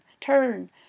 turn